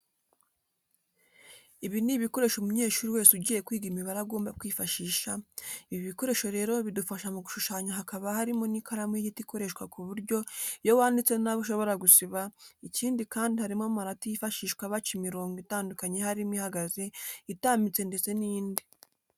Ibi ni ibikoresho umunyeshuri wese ugiye kwiga imibare agomba kwifashisha, ibi bikoresho rero bidufasha mu gushushanya hakaba harimo n'ikaramu y'igiti ikoreshwa ku buryo iyo wanditse nabi ushobora gusiba, ikindi kandi harimo amarati yifashishwa baca imirongo itandukanye harimo ihagaze, itambitse ndetse n'indi.